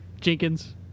Jenkins